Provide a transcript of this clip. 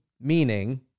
Meaning